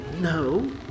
No